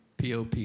POP